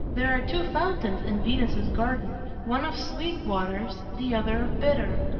there are two fountains in venus's garden, one of sweet waters, the other of bitter.